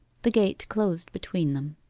the gate closed between them.